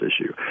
issue